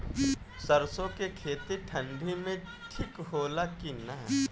सरसो के खेती ठंडी में ठिक होला कि ना?